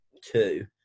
two